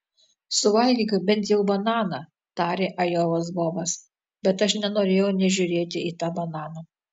suvalgyk bent jau bananą tarė ajovos bobas bet aš nenorėjau nė žiūrėti į tą bananą